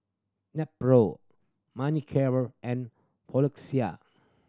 Nepro Manicare and Floxia